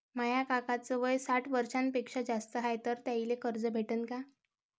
माया काकाच वय साठ वर्षांपेक्षा जास्त हाय तर त्याइले कर्ज भेटन का?